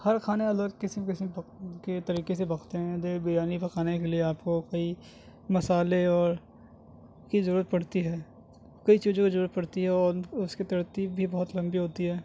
ہر کھانے الگ قسم قسم پک کے طریقے سے پکتے ہیں دیگ بریانی پکانے کے لیے آپ کو کئی مصالحے اور کی ضرورت پڑتی ہے کئی چیزوں کی ضرورت پڑتی ہے اور اس کی ترتیب بھی بہت لمبی ہوتی ہے